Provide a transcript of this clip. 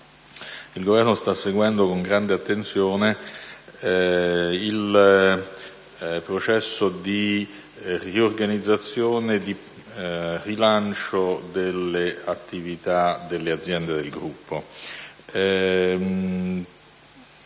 Il Governo sta seguendo con grande attenzione il processo di riorganizzazione e di rilancio delle attività delle aziende del gruppo.